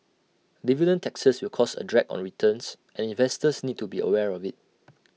dividend taxes will cause A drag on returns and investors need to be aware of IT